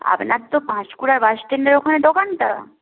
আপনার তো পাঁশকুড়া বাস স্ট্যান্ডের ওখানে দোকানটা